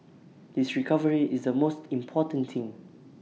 his recovery is the most important thing